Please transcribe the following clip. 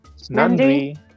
Nandri